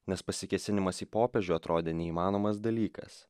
nes pasikėsinimas į popiežių atrodė neįmanomas dalykas